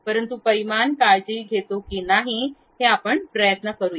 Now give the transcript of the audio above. परंतु परिमाण काळजी घेतो की नाही हे आपण प्रयत्न करुया